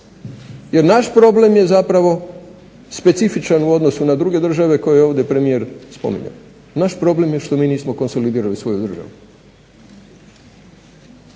Jer naš problem je zapravo specifičan u odnosu na druge države koje je ovdje premijer spominjao. Naš problem je što mi nismo konsolidirali svoju državu.